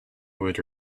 would